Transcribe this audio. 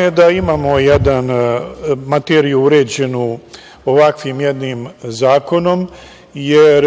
je da imamo materiju uređenu ovakvim jednim zakonom, jer